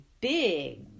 big